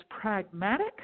pragmatic